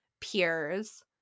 peers